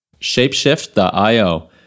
Shapeshift.io